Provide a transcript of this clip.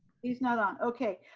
he's not on, okay.